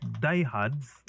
Diehards